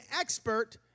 expert